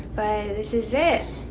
but this is it.